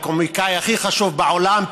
הקומיקאי הכי חשוב בעולם,